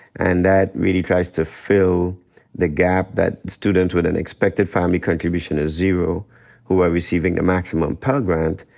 and that really tries to fill the gap that students with an expected family contribution of zero who are receiving a maximum pell grant,